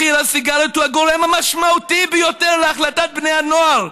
מחיר הסיגריות הוא הגורם המשמעותי ביותר להחלטת בני הנוער,